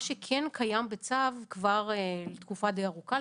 מה שכן קיים בצו כבר תקופה די ארוכה,